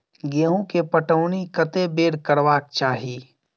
गेंहूँ केँ पटौनी कत्ते बेर करबाक चाहि?